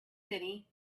city